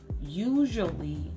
usually